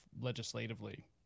legislatively